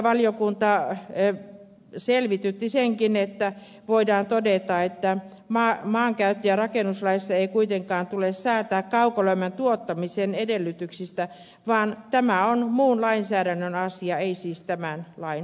valiokunta selvitytti vielä senkin että voidaan todeta että maankäyttö ja rakennuslaissa ei kuitenkaan tule säätää kaukolämmön tuottamisen edellytyksistä vaan tämä on muun lainsäädännön asia ei siis tämän lain